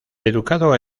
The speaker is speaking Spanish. educado